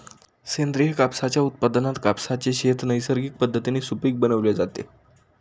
सेंद्रिय कापसाच्या उत्पादनात कापसाचे शेत नैसर्गिक पद्धतीने सुपीक बनवले जाते